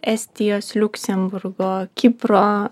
estijos liuksemburgo kipro